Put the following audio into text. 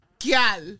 gal